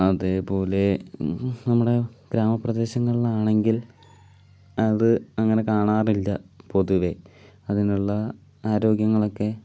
അതേപോലെ നമ്മുടെ ഗ്രാമപ്രദേശങ്ങളിലാണെങ്കിൽ അത് അങ്ങനെ കാണാറില്ല പൊതുവെ അതിനുള്ള ആരോഗ്യങ്ങളൊക്കെ